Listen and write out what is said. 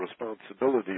responsibility